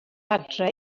adre